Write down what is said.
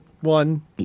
one